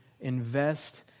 invest